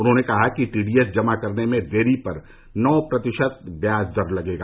उन्होंने कहा कि टीडी एस जमा करने में देरी पर नौ प्रतिशत व्याज दर लगेगा